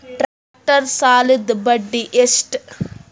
Tractor ಸಾಲದ್ದ ಬಡ್ಡಿ ಎಷ್ಟ?